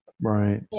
Right